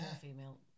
female